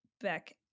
back